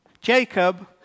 Jacob